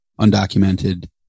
undocumented